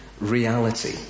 reality